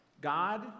God